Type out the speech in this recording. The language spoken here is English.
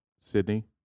Sydney